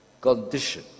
condition